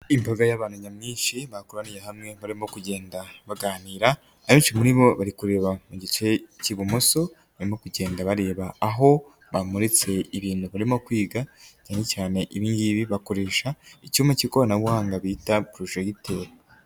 Imbaga y'abantu nyamwinshi bakoraniye hamwe barimo kugenda baganira, abenshi muri bo bari kureba mu gice k'ibumoso barimo kugenda bareba aho bamuritse ibintu barimo kwiga cyane cyane ibingibi bakoresha icyuma k'ikoranabuhanga bita porojegiteri.